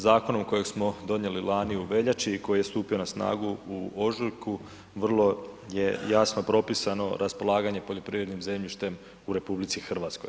Zakonom kojeg smo donijeli lani u veljači i koji je stupio na snagu u ožujku vrlo je jasno propisano raspolaganje poljoprivrednim zemljištem u RH.